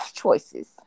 choices